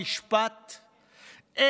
בנפול מבצר המשפט,